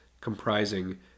comprising